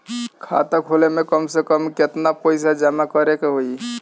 खाता खोले में कम से कम केतना पइसा जमा करे के होई?